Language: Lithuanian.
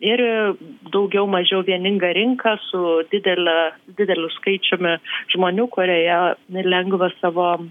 ir daugiau mažiau vieninga rinka su didele dideliu skaičiumi žmonių kurioje nelengva savo